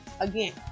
again